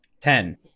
ten